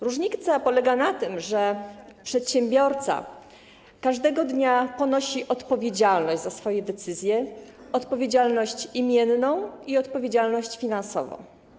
Różnica polega na tym, że przedsiębiorca każdego dnia ponosi odpowiedzialność za swoje decyzje, odpowiedzialność imienną i odpowiedzialność finansową.